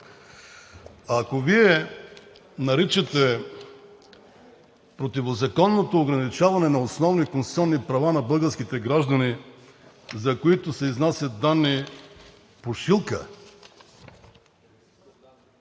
Ако Вие наричате „пушилка“ противозаконното ограничаване на основни конституционни права на българските граждани, за които се изнасят данни…